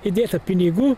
įdėta pinigų